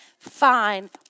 fine